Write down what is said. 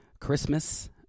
Christmas